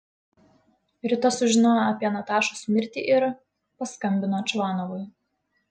rita sužinojo apie natašos mirtį ir paskambino čvanovui